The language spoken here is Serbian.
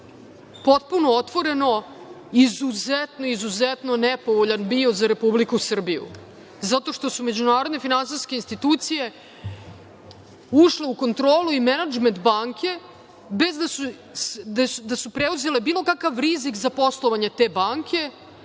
potpuno otvoreno izuzetno, izuzetno nepovoljan bio za Republiku Srbiju, zato što su međunarodne finansijske institucije ušle u kontrolu i menadžment banke, bez da su preuzele bilo kakav rizik za poslovanje te banke,